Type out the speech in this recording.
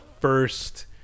first